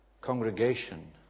congregation